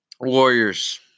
Warriors